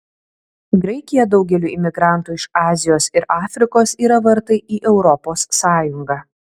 graikija daugeliui imigrantų iš azijos ir afrikos yra vartai į europos sąjungą